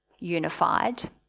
unified